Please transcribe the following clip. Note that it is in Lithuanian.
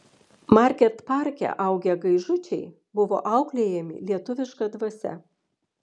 market parke augę gaižučiai buvo auklėjami lietuviška dvasia